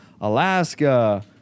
Alaska